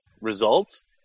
results